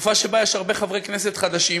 תקופה שבה יש הרבה חברי כנסת חדשים